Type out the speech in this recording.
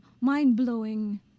mind-blowing